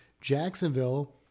Jacksonville